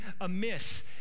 amiss